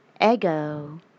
Ego